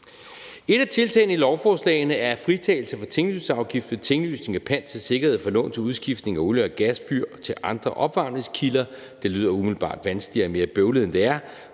Et af tiltagene i lovforslaget er fritagelse for tinglysningsafgift ved tinglysning af pant til sikkerhed for lån til udskiftning af olie- og gasfyr til andre opvarmningskilder. Det lyder umiddelbart vanskeligt og mere bøvlet, end det er.